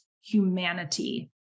humanity